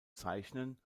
zeichnen